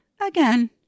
again